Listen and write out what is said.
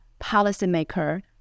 policymaker